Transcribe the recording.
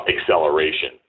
acceleration